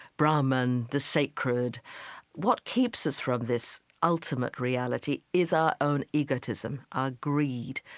brahman, the sacred what keeps us from this ultimate reality is our own egotism, our greed,